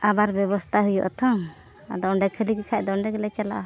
ᱟᱵᱟᱨ ᱵᱮᱵᱚᱥᱛᱟ ᱦᱩᱭᱩᱜ ᱟᱛᱚ ᱟᱫᱚ ᱚᱸᱰᱮ ᱠᱷᱟᱹᱞᱤᱜᱮ ᱠᱷᱟᱱ ᱫᱚ ᱚᱸᱰᱮ ᱜᱮᱞᱮ ᱪᱟᱞᱟᱜᱼᱟ